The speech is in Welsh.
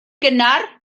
gynnar